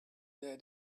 their